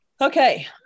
Okay